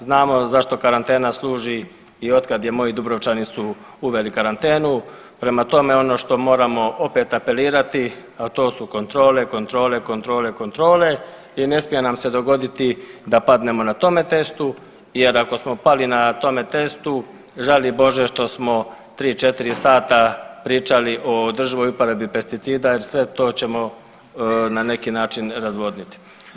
Znamo zašto karantena služi i od kad je, moji Dubrovčani su uveli karantenu, prema tome ono što moramo opet apelirati, a to su kontrole, kontrole, kontrole i ne smije nam se dogoditi da padnemo na tome testu jer ako smo pali na tome testu žali bože što smo tri, četiri sata pričali o održivoj uporabi pesticida jer sve to ćemo na neki način razvodniti.